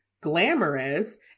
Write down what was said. glamorous